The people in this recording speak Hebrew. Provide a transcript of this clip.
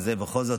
שזה בכל זאת,